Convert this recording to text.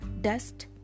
dust